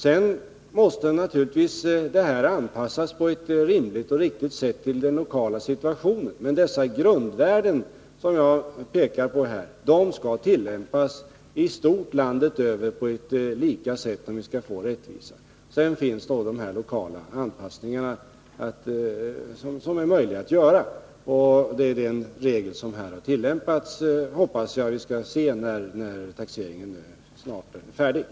Sedan måste naturligtvis vissa värden anpassas på ett rimligt och riktigt sätt till den lokala situationen, men de grundvärden som jag pekar på här skall i stort sett tillämpas landet över på ett likartat sätt, om vi skall få rättvisa. Sedan finns möjlighet att göra lokala anpassningar, och jag hoppas att vi — när taxeringen snart är färdig — skall finna att det är den regeln som har tillämpats.